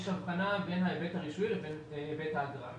יש הבחנה בין היבט הרישוי לבין היבט האגרה.